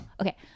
Okay